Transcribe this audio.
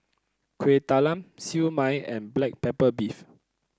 Kueh Talam Siew Mai and Black Pepper Beef